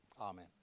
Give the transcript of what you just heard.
Amen